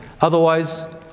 Otherwise